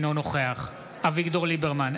אינו נוכח אביגדור ליברמן,